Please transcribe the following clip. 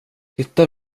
titta